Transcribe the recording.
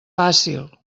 fàcil